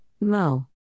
Mo